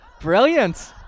Brilliant